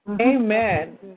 Amen